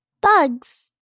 Bugs